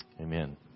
Amen